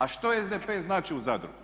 A što SDP znači u Zadru?